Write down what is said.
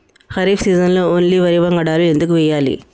ఖరీఫ్ సీజన్లో ఓన్లీ వరి వంగడాలు ఎందుకు వేయాలి?